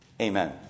Amen